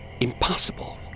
Impossible